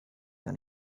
gar